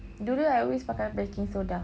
dulu I always pakai baking soda